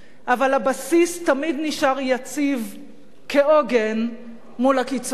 אבל הבסיס תמיד נשאר יציב כעוגן מול הקיצונים,